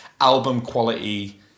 album-quality